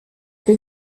been